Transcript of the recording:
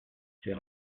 c’est